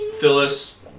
Phyllis